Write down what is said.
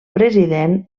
president